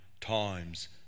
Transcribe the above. times